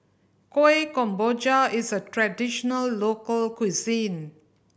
Kuih Kemboja is a traditional local cuisine